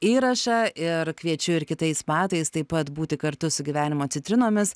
įrašą ir kviečiu ir kitais metais taip pat būti kartu su gyvenimo citrinomis